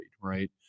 right